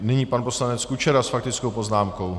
Nyní pan poslanec Kučera s faktickou poznámkou.